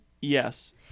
Yes